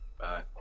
Bye